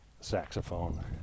saxophone